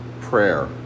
prayer